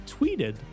tweeted